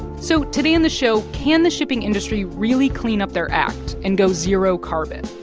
so today in the show, can the shipping industry really clean up their act and go zero carbon?